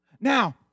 Now